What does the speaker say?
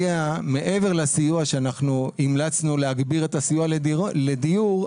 מעבר לכך שהמלצנו להגביר את הסיוע לדיור,